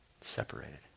separated